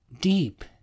deep